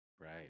Right